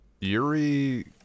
Yuri